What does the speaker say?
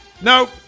Nope